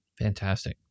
Fantastic